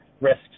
risks